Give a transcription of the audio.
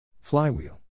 Flywheel